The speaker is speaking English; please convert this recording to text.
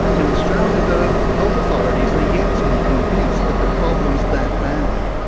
in australia, though, health authorities are yet to be convinced that the problem's that bad.